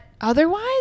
otherwise